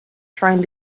trying